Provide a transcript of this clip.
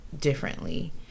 differently